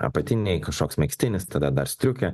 apatiniai kažkoks megztinis tada dar striukė